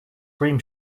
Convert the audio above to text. cream